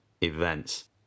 events